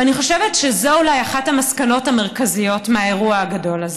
אני חושבת שזו אולי אחת המסקנות המרכזיות מהאירוע הגדול הזה.